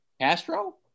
Castro